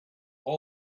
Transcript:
was